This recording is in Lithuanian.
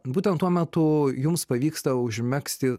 būtent tuo metu jums pavyksta užmegzti